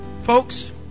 Folks